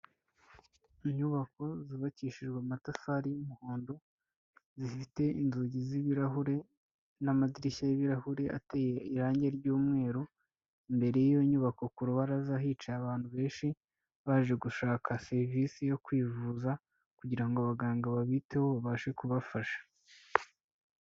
Inyubako zubakishijwe amatafari y'umuhondo, zifite inzugi z'ibirahure n'amadirishya y'ibirahure ateye irangi ry'umweru, imbere y'iyo nyubako ku rubaraza hicaye abantu benshi, baje gushaka serivisi yo kwivuza kugira ngo abaganga babiteho babashe kubafasha.